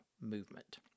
movement